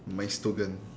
mystogan